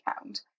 account